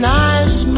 nice